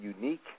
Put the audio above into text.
unique